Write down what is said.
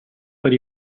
per